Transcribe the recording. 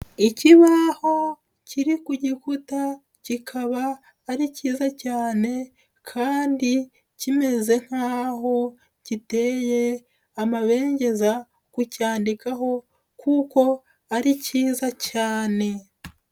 Ikibaho kiri ku gikuta kikaba ari kiza cyane kandi kimeze nkaho giteye amabengeza kucyandikaho kuko ari kiza cyane.